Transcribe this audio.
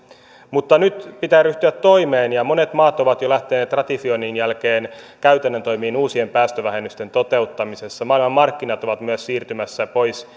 mutta nyt pitää ryhtyä toimeen ja monet maat ovat jo lähteneet ratifioinnin jälkeen käytännön toimiin uusien päästövähennysten toteuttamisessa maailmanmarkkinat ovat myös siirtymässä pois